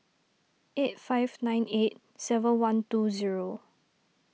eight five nine eight seven one two zero